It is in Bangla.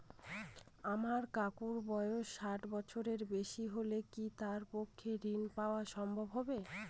আমার কাকুর বয়স ষাট বছরের বেশি হলে কি তার পক্ষে ঋণ পাওয়া সম্ভব হবে?